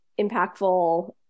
impactful